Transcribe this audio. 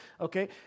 okay